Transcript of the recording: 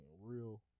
real